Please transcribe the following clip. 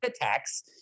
attacks